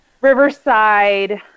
Riverside